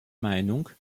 meinung